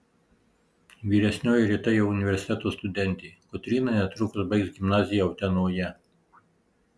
vyresnioji rita jau universiteto studentė kotryna netrukus baigs gimnaziją utenoje